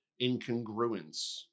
incongruence